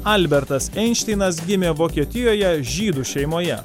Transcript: albertas einšteinas gimė vokietijoje žydų šeimoje